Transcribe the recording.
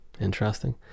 interesting